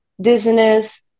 dizziness